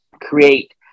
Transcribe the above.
create